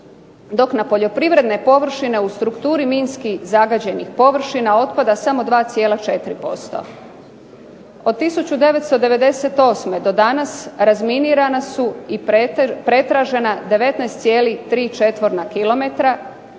dok na poljoprivredne površine u strukturi minski zagađenih površina otpada samo 2,4%. Od 1998. do danas razminirana su i pretražena 19,3 km2